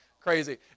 crazy